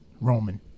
Roman